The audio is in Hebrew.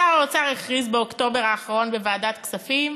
שר האוצר הכריז באוקטובר האחרון בוועדת הכספים: